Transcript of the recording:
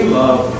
love